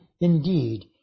indeed